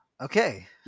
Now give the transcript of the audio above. Okay